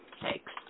Thanks